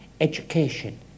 education